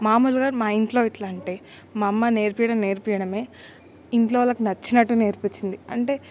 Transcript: మాములుగా మా ఇంట్లో ఎట్లాంటే మా అమ్మ నేర్పియడం నేర్పియడమే ఇంట్లోవాళ్ళకి నచ్చినట్టు నేర్పిచ్చింది అంటే